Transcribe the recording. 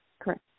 Correct